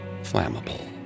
flammable